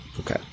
Okay